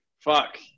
Fuck